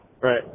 Right